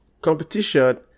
competition